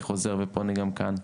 אני חוזר ופונה גם כאן.